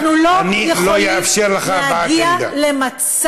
אני לא אאפשר לך הבעת עמדה.